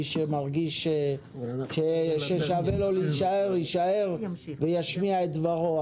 מי שמרגיש ששווה לו להישאר, יישאר וישמיע דברו.